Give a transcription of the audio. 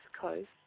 Coast